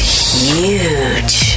huge